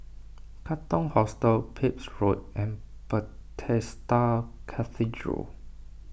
Katong Hostel Pepys Road and Bethesda Cathedral